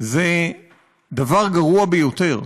זה דבר גרוע ביותר.